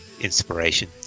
inspiration